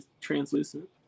translucent